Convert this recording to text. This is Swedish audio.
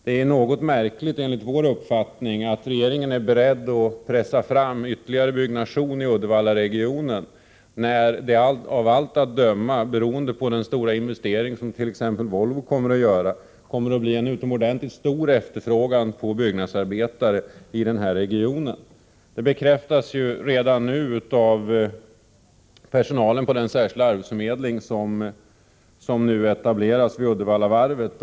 Det är något märkligt enligt vår uppfattning att regeringen nu är beredd att pressa fram ytterligare byggnation i Uddevallaregionen, när det av allt att döma, beroende på den stora investering som t.ex. Volvo kommer att göra, kommer att bli en utomordentligt stor efterfrågan på byggnadsarbetare i denna region. Detta bekräftas redan nu av personalen på den särskilda arbetsförmedling som etablerats vid Uddevallavarvet.